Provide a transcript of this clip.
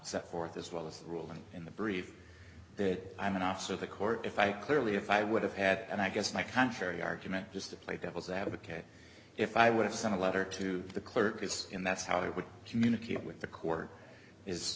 set forth as well as the ruling in the brief that i'm an officer of the court if i clearly if i would have had and i guess my contrary argument just to play devil's advocate if i would have sent a letter to the clerk is in that's how they would communicate with the court is